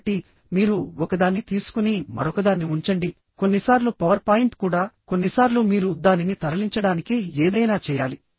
కాబట్టి మీరు ఒకదాన్ని తీసుకొని మరొకదాన్ని ఉంచండి కొన్నిసార్లు పవర్ పాయింట్ కూడా కొన్నిసార్లు మీరు దానిని తరలించడానికి ఏదైనా చేయాలి